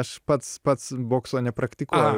aš pats pats bokso nepraktikuoju